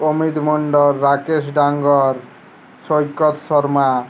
Amit Mondal Rakesh Dangar Saikat Sharma